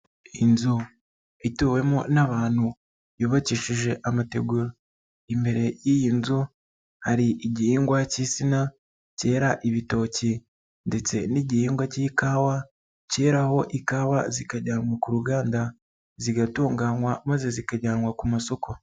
Inzu ituwemo n'abantu yubakishije amategura, imbere y'iyi nzu hari igihingwa cy'insina cyera ibitoki ndetse n'igihingwa cy'ikawa cyeraho ikawa zikajyanwa ku ruganda, zigatunganywa maze zikajyanwa ku masoko.